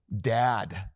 dad